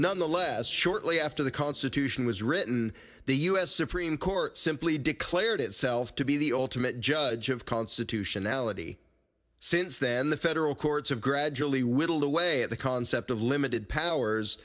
none the less shortly after the constitution was written the us supreme court simply declared itself to be the ultimate judge of constitutionality since then the federal courts have gradually whittled away at the concept of limited powers